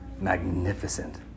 magnificent